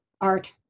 art